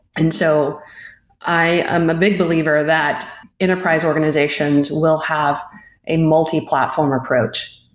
and so i am a big believer that enterprise organizations will have a multiplatform approach,